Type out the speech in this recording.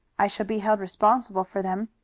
i shall be held responsible for them.